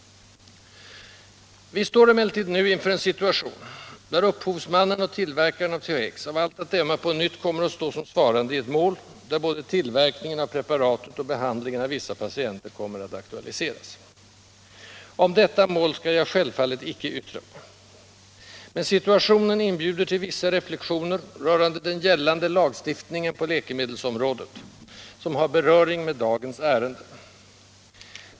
Vi står emellertid nu inför en situation där upphovsmannen och tillverkaren av THX av allt att döma på nytt kommer att stå som svarande i ett mål, där både tillverkningen av preparatet och behandlingen av vissa patienter kommer att aktualiseras. Om detta mål skall jag självfallet icke yttra mig. Men situationen inbjuder till vissa reflexioner rörande den gällande lagstiftningen på läkemedelsområdet, som har beröring med dagens ärende.